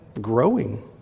growing